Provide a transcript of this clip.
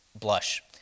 blush